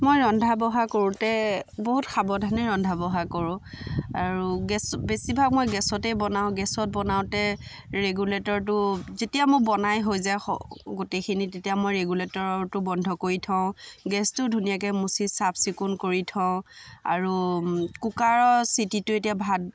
মই ৰন্ধা বঢ়া কৰোঁতে বহুত সাৱধানে ৰন্ধা বঢ়া কৰোঁ আৰু গেছ বেছিভাগ মই গেছতেই বনাওঁ গেছত বনাওঁতে ৰেগুলেটৰটো যেতিয়া মোৰ বনাই হৈ যায় স গোটেইখিনি তেতিয়া মই ৰেগুলেটৰটো বন্ধ কৰি থওঁ গেছটো ধুনীয়াকৈ মুচি চাফ চিকুণ কৰি থওঁ আৰু কুকাৰৰ চিটিটো এতিয়া ভাত